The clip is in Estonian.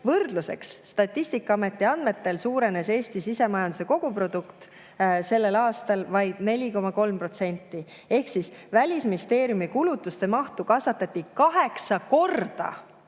Võrdluseks: Statistikaameti andmetel suurenes Eesti sisemajanduse koguprodukt tollel aastal vaid 4,3%. Välisministeeriumi kulutuste mahtu kasvatati kaheksa korda